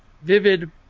vivid